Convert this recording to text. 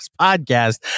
podcast